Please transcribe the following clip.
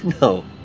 No